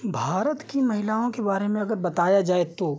भारत की महिलाओं के बारे में अगर बताया जाए तो